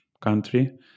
country